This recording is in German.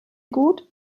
gut